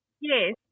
Yes